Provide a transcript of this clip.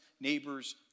neighbors